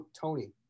Tony